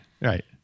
Right